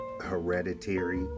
hereditary